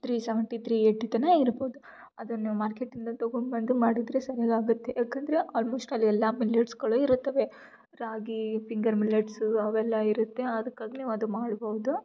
three seventy three eighty ತನಕ ಇರ್ಬೌದು ಅದನ್ನು ನೀವು ಮಾರ್ಕೆಟಿಂದ ತಗೊಬಂದು ಮಾಡಿದರೆ ಸರಿಯಾಗ್ ಆಗುತ್ತೆ ಯಾಕಂದರೆ ಆಲ್ಮೋಸ್ಟ್ ಆಲ್ ಎಲ್ಲ ಮಿಲೆಟ್ಸ್ಗಳು ಇರುತ್ತವೆ ರಾಗಿ ಫಿಂಗರ್ ಮಿಲ್ಲೆಟ್ಸ್ ಅವೆಲ್ಲ ಇರುತ್ತೆ ಅದಕ್ಕಾಗಿ ನೀವು ಅದು ಮಾಡ್ಬೌದು